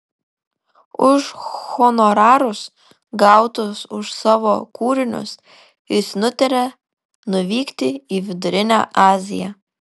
už honorarus gautus už savo kūrinius jis nutarė nuvykti į vidurinę aziją